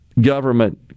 government